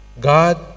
God